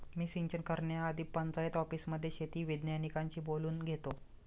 मी सिंचन करण्याआधी पंचायत ऑफिसमध्ये शेती वैज्ञानिकांशी बोलून घेतो